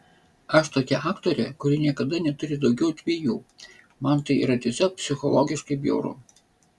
aš tokia aktorė kuri niekada neturi daugiau dviejų man tai yra tiesiog psichologiškai bjauru